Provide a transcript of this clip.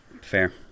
fair